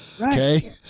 Okay